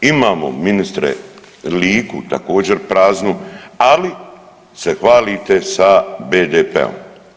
Imamo ministre Liku također praznu ali se hvalite sa BDP-om.